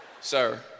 Sir